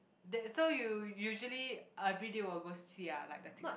that so you usually uh video or go see see ah like the Tik Tok